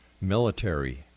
Military